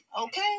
Okay